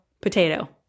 potato